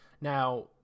Now